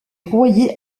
royer